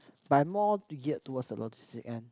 by more to geared towards the logistics end